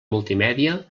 multimèdia